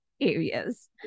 areas